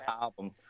album